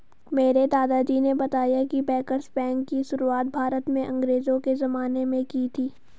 मेरे दादाजी ने बताया की बैंकर्स बैंक की शुरुआत भारत में अंग्रेज़ो के ज़माने में की थी